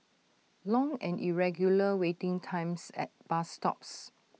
long and irregular waiting times at bus stops